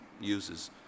uses